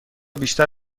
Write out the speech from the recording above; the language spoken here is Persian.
بیشتر